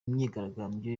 imyigaragambyo